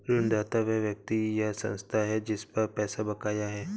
ऋणदाता वह व्यक्ति या संस्था है जिस पर पैसा बकाया है